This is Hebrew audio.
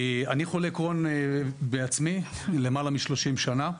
אני חולה קרוהן בעצמי למעלה מ-30 שנה.